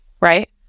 right